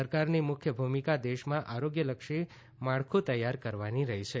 સરકારની મુખ્ય ભૂમિકા દેશમાં આરોગ્યલક્ષી માળખું તૈયાર કરવાની રહી છે